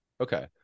okay